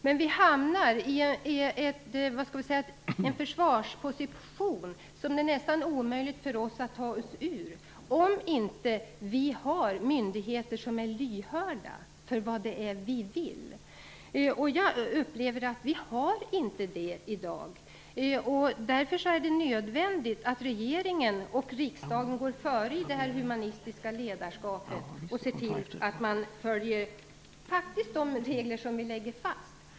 Men vi hamnar i en försvarsposition som det är nästan omöjligt för oss att ta oss ut ur, om vi inte har myndigheter som är lyhörda för det som vi vill. Jag upplever att vi i dag inte har det. Det är därför nödvändigt att regeringen och riksdagen går före i det humanistiska ledarskapet och faktiskt följer de regler som vi lägger fast.